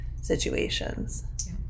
situations